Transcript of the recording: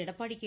Edappadi K